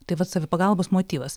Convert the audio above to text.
tai vat savipagalbos motyvas